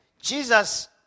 Jesus